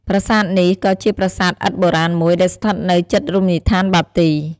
ប្រាសាទនេះ ក៏ជាប្រាសាទឥដ្ឋបុរាណមួយ ដែលស្ថិតនៅជិតរមណីយដ្ឋានបាទី។